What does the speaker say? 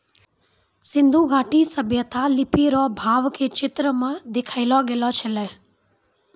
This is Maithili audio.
सिन्धु घाटी सभ्यता लिपी रो भाव के चित्र मे देखैलो गेलो छलै